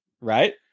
right